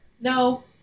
No